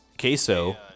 queso